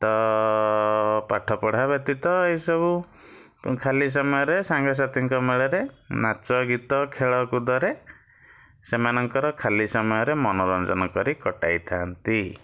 ତ ପାଠପଢ଼ା ବ୍ୟତୀତ ଏହିସବୁ ଖାଲି ସମୟରେ ସାଙ୍ଗସାଥୀଙ୍କ ମେଳରେ ନାଚଗୀତ ଖେଳକୁଦରେ ସେମାନଙ୍କର ଖାଲି ସମୟରେ ମନୋରଞ୍ଜନ କରି କଟାଇଥାନ୍ତି